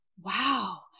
wow